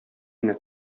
генә